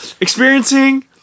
experiencing